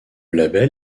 label